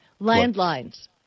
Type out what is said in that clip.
Landlines